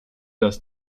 das